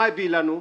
מה הביא לנו?